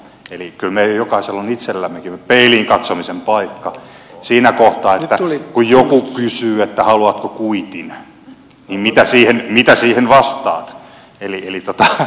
eli kyllä meillä jokaisella on itsellämmekin peiliin katsomisen paikka siinä kohtaa että kun joku kysyy haluatko kuitin niin mitä siihen vastaat